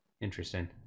Interesting